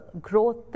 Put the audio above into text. growth